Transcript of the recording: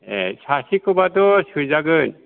ए सासेखौबाथ' सोजागोन